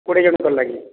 କୋଡ଼ିଏ ଜଣଙ୍କର ଲାଗି